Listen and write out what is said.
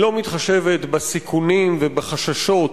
היא לא מתחשבת בסיכונים ובחששות